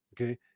okay